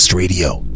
Radio